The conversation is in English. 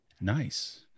Nice